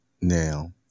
now